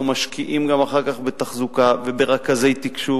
משקיעים גם אחר כך בתחזוקה וברכזי תקשוב